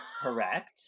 correct